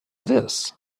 this